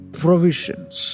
provisions